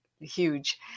Huge